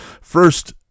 First